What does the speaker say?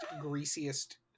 greasiest